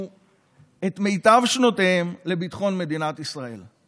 את מיטב שנותיהם לביטחון מדינת ישראל.